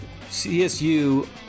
csu